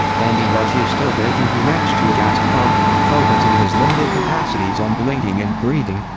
andy garcia stood vacantly next to a gas pump, focussing his limited capacities on blinking and breathing